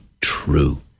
true